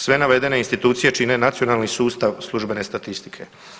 Sve navedene institucije čine nacionalni sustav službene statistike.